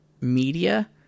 media